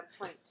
point